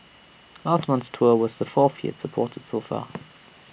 last month's tour was the fourth he has supported so far